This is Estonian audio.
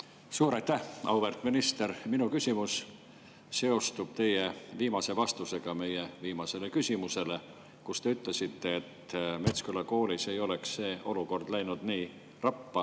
Suur aitäh! Auväärt minister! Minu küsimus seostub teie vastusega meie viimasele küsimusele, kus te ütlesite, et Metsküla koolis ei oleks see olukord läinud nii rappa,